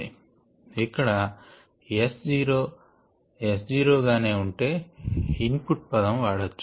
ఇక్కడS0 S0 గానే ఉంటే input పదం వాడొచ్చు